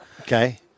Okay